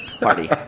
party